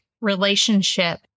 relationship